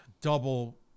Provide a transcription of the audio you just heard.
double